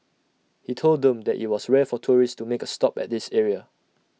he told them that IT was rare for tourists to make A stop at this area